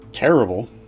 terrible